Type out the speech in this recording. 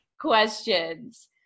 questions